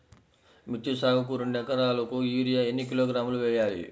మిర్చి సాగుకు రెండు ఏకరాలకు యూరియా ఏన్ని కిలోగ్రాములు వేయాలి?